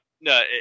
No